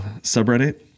subreddit